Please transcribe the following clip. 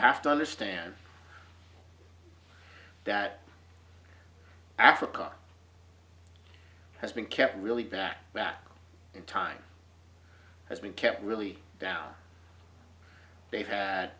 have to understand that africa has been kept really back back in time has been kept really down they've had